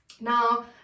Now